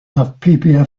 have